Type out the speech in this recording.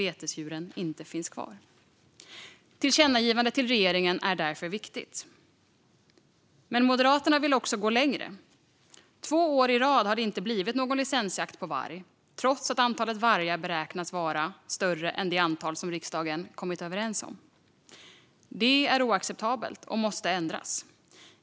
Tillkännagivandet till regeringen är därför viktigt. Men Moderaterna vill gå längre. Två år i rad har det inte blivit någon licensjakt på varg, trots att antalet vargar beräknas vara större än det antal som riksdagen kommit överens om. Det är oacceptabelt och måste ändras.